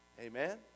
Amen